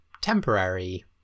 temporary